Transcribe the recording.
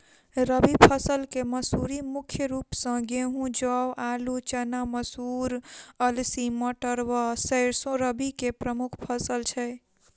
रबी फसल केँ मसूरी मुख्य रूप सँ गेंहूँ, जौ, आलु,, चना, मसूर, अलसी, मटर व सैरसो रबी की प्रमुख फसल छै